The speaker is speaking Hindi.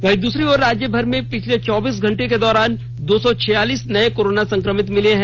वहीं दूसरी ओर राज्यभर में पिछले चौबीस घंटे के दौरान दो सौ छियालीस नए कोरोना संक्रमित मिले हैं